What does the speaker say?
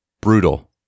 brutal